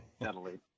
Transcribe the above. Natalie